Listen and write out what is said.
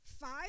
five